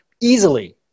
easily